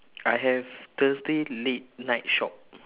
I have thursday late night shop